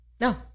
No